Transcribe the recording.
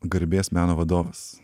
garbės meno vadovas